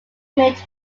mid